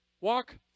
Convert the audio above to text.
Walk